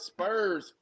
Spurs